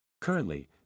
Currently